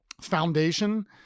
foundation